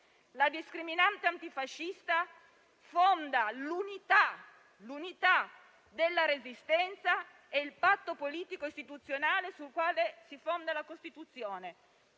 La discriminante antifascista fonda l'unità della Resistenza e il patto politico e istituzionale sul quale si fonda la Costituzione;